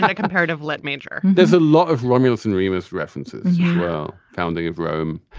but comparative lit major there's a lot of romulus and rivas references you know founding of rome.